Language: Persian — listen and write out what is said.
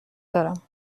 دارم